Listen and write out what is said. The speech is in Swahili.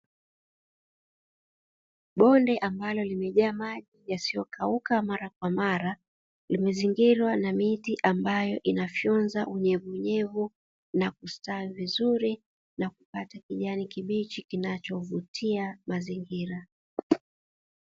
Bonde ambalo limejaa maji yasiyokauka mara kwa mara, limezingirwa na miti ambayo inafyonza unyevunyevu na kustawi vizuri na kupata kijani kibichi kinachovutia mazingira.